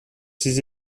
ses